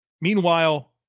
Meanwhile